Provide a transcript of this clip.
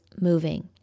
moving